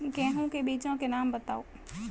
गेहूँ के बीजों के नाम बताओ?